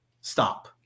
Stop